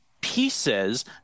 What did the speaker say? pieces